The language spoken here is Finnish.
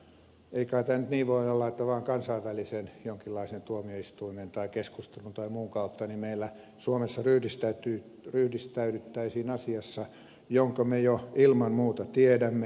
ei kai tämä niin nyt voi olla että vaan kansainvälisen jonkinlaisen tuomioistuimen tai keskustelun tai muun kautta meillä suomessa ryhdistäydyttäisiin asiassa jonka me jo ilman muuta tiedämme